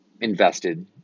invested